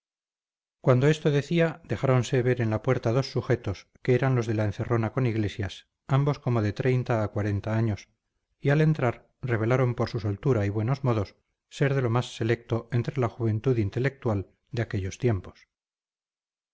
cuando esto decía dejáronse ver en la puerta dos sujetos que eran los de la encerrona con iglesias ambos como de treinta a cuarenta años y al entrar revelaron por su soltura y buenos modos ser de lo más selecto entre la juventud intelectual de aquellos tiempos